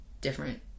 different